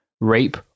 rape